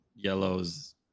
Yellows